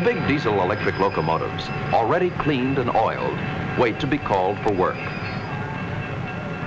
the big diesel electric locomotive already cleaned and all you wait to be called for work